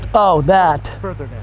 oh, that.